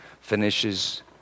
finishes